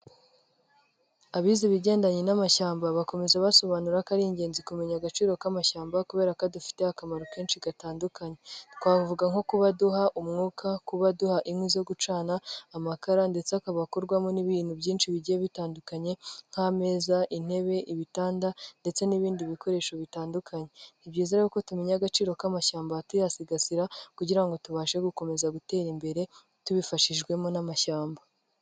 Abize ibigendanye n'amashyamba, bakomeza basobanura ko ari ingenzi kumenya agaciro k'amashyamba kubera ko dufitiye akamaro kenshi gatandukanye. Twavuga nko kuba aduha umwuka, kuba duha inkwi zo gucana, amakara ndetse akaba akorwamo n'ibintu byinshi bigiye bitandukanye: nk'ameza, intebe, ibitanda ndetse n'ibindi bikoresho bitandukanye. Ni byiza kuko tumenya agaciro k'amashyamba tuyasigasira, kugirango ngo tubashe gukomeza gutera imbere tubifashijwemo n'amashyamba.